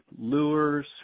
lures